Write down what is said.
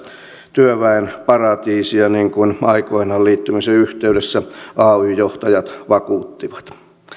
työväen paratiisia niin kuin aikoinaan liittymisen yhteydessä ay johtajat vakuuttivat